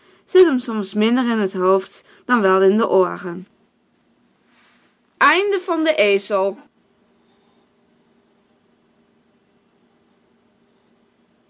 hem soms minder in t hoofd dan wel in de